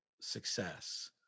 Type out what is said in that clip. success